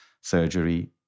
surgery